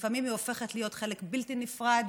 שלפעמים הם הופכים להיות חלק בלתי נפרד,